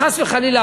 חס וחלילה,